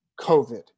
COVID